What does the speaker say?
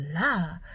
la